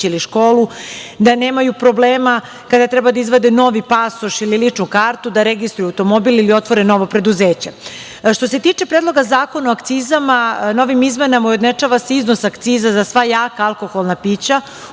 ili školu, da nemaju problema kada treba da izvade novi pasoš ili ličnu kartu, da registruju automobil ili otvore novo preduzeće. Što se tiče Predloga zakona o akcizama, novim izmenama ujednačava se iznos akciza za sva jaka alkoholna pića